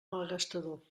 malgastador